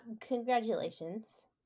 Congratulations